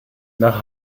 nach